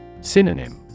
Synonym